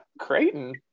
creighton